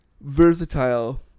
versatile